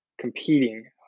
competing